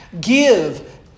Give